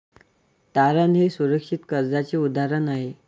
तारण हे सुरक्षित कर्जाचे उदाहरण आहे